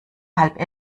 halb